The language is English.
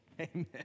amen